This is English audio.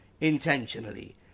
intentionally